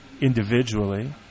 individually